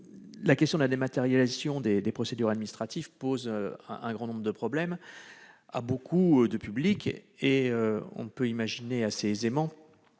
En deuxième lieu, la dématérialisation des procédures administratives pose un grand nombre de problèmes à beaucoup de publics, et on peut imaginer assez aisément